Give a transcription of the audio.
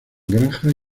granjas